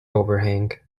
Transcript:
overhang